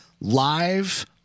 live